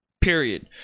Period